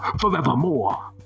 forevermore